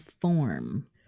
form